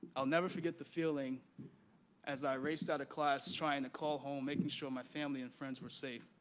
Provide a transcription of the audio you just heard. i'll never forget the feeling as i raced out of class, trying to call home, making sure my family and friends were safe.